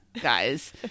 Guys